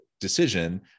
decision